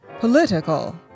political